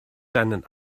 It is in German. deinen